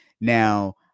now